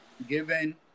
Given